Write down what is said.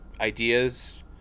ideas